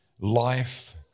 life